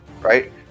right